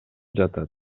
жатат